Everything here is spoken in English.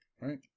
Right